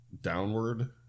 downward